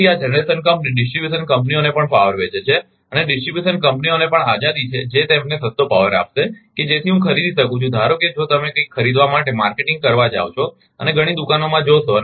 તેથી આ generation company distribution કંપનીઓને પણ પાવર વેચે છે અને ડિસ્ટ્રિબ્યુશન કંપનીઓને પણ આઝાદી છે જે તેમને સસ્તો પાવર આપશે કે જેથી હું ખરીદી કરી શકું છું ધારો કે જો તમે કંઈક ખરીદવા માટે માર્કેટિંગ કરવા જાઓ છો અને ઘણી દુકાનોમાં જશો